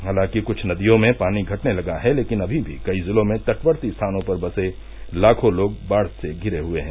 हालांकि कुछ नदियों में पानी घटने लगा है लेकिन अभी भी कई जिलों में तटवर्ती स्थानों पर बसे लाखों लोग बाढ़ से घिरे हुये हैं